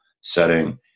setting